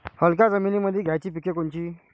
हलक्या जमीनीमंदी घ्यायची पिके कोनची?